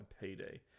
payday